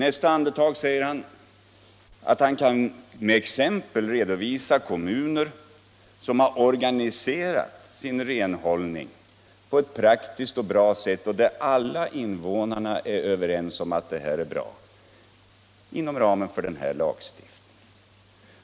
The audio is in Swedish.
I nästa andetag säger han att han med exempel kan redovisa kommuner som har organiserat sin renhållning på ett praktiskt och smidigt sätt och där alla invånare är överens om att detta är bra — inom ramen för den här lagstiftningen.